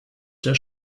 der